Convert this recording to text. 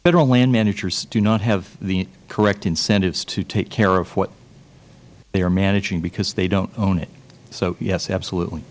federal land managers do have the correct incentives to take care of what they are managing because they don't own it so yes absolutely